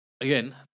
Again